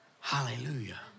Hallelujah